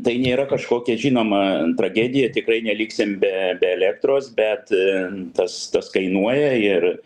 tai nėra kažkokia žinoma tragedija tikrai neliksim be be elektros bet tas tas kainuoja ir